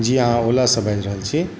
जी अहाँ ओलासँ बाजि रहल छी